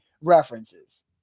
references